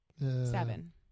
Seven